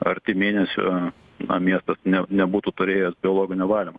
arti mėnesio na miestas ne nebūtų turėjęs biologinio valymo